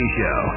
show